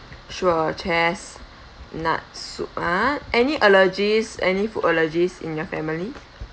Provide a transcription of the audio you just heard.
sure chestnut soup ah any allergies any food allergies in your family